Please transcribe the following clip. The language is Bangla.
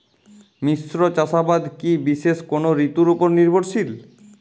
মিশ্র চাষাবাদ কি বিশেষ কোনো ঋতুর ওপর নির্ভরশীল?